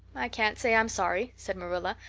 i can't say i'm sorry, said marilla,